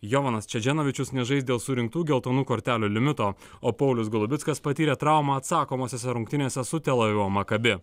jovanas čedženovičius nežais dėl surinktų geltonų kortelių limito o paulius golubickas patyrė traumą atsakomosiose rungtynėse su tel avivo maccabi